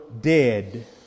dead